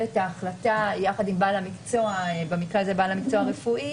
את ההחלטה יחד עם בעלי המקצוע במקרה הזה בעל המקצוע הרפואי